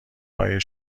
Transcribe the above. های